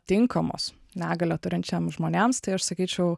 tinkamos negalią turinčiam žmonėms tai aš sakyčiau